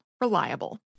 reliable